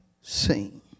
seen